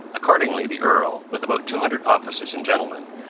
accordingly the earl, with about two hundred officers and gentlemen,